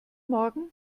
morgen